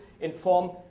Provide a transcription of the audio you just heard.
inform